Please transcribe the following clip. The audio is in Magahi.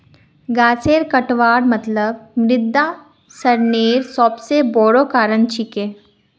गाछेर कटवार मतलब मृदा क्षरनेर सबस बोरो कारण छिके